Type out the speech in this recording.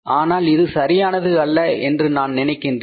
ஆனால் இது சரியானது அல்ல என்று நான் நினைக்கின்றேன்